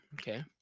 Okay